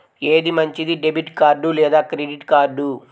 ఏది మంచిది, debit card లేదా క్రెడిట్ కార్డ్?